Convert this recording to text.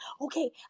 Okay